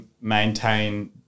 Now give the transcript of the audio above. maintain